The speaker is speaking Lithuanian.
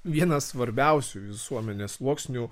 vieną svarbiausių visuomenės sluoksnių